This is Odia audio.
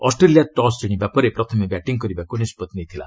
ଅଷ୍ଟ୍ରେଲିଆ ଟସ୍ ଜିଶିବା ପରେ ପ୍ରଥମେ ବ୍ୟାଟିଂ କରିବାକୁ ନିଷ୍ପଭି ନେଇଥିଲା